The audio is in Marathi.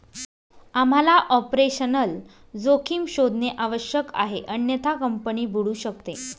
आम्हाला ऑपरेशनल जोखीम शोधणे आवश्यक आहे अन्यथा कंपनी बुडू शकते